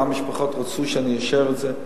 כמה משפחות רצו שאני אאשר את זה,